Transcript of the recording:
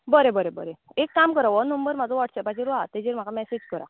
बरें बरें बरें एक काम करा वो नंबर म्हजो वॉट्सॅपाचेरूं आं तेजेर म्हाका मॅसेज करा